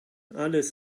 alles